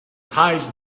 ties